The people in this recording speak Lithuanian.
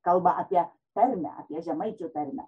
kalba apie tarmę apie žemaičių tarmę